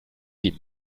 die